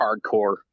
hardcore